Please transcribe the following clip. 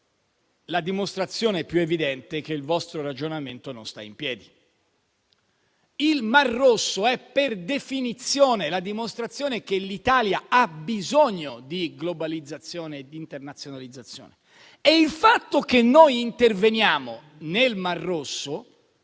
la dimostrazione più evidente che il vostro ragionamento non sta in piedi. Il Mar Rosso è, per definizione, la dimostrazione che l'Italia ha bisogno di globalizzazione ed internazionalizzazione e il fatto che noi interveniamo e siamo